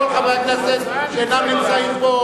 אני קורא לכל חברי הכנסת שאינם נמצאים פה